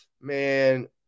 man